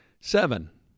Seven